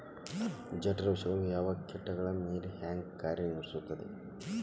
ಜಠರ ವಿಷಗಳು ಯಾವ ಕೇಟಗಳ ಮ್ಯಾಲೆ ಹ್ಯಾಂಗ ಕಾರ್ಯ ನಿರ್ವಹಿಸತೈತ್ರಿ?